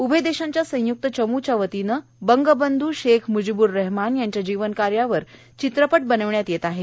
उभय देशांच्या संयुक्त चमूच्या वतीनं बंग बंधू शेख म्जीब्र रहमान यांच्या जीवन कार्यावर चित्रपट बनविण्यात येत आहे